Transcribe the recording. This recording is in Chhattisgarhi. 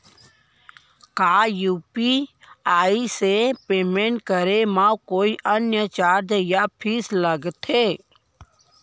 का यू.पी.आई से पेमेंट करे म कोई अन्य चार्ज या फीस लागथे?